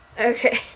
Okay